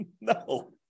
No